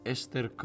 Esther